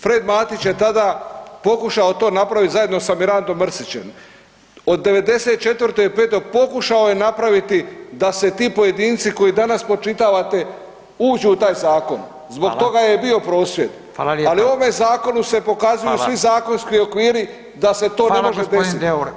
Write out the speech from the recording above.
Fred Matić je tada pokušao to napraviti zajedno sa Mirandom Mrsićem, od '94., '95., pokušao je napraviti da se ti pojedinci koje danas spočitavate uđu u taj zakon, zbog toga je bio prosvjed [[Upadica Radin: Hvala lijepa.]] ali u ovome zakone se pokazuju svi zakonski okviri da se to ne može desiti